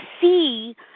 see